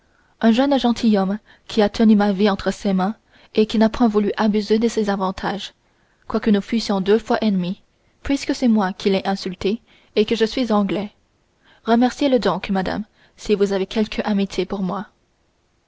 un jeune gentilhomme qui a tenu ma vie entre ses mains et qui n'a point voulu abuser de ses avantages quoique nous fussions deux fois ennemis puisque c'est moi qui l'ai insulté et que je suis anglais remerciez-le donc madame si vous avez quelque amitié pour moi